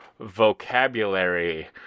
vocabulary